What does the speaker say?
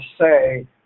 say